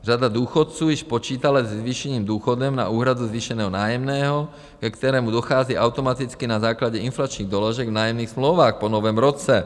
Řada důchodců již počítala se zvýšeným důchodem na úhradu zvýšeného nájemného, ke kterému dochází automaticky na základě inflačních doložek v nájemních smlouvách po Novém roce.